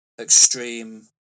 extreme